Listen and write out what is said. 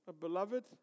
Beloved